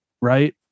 right